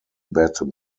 bat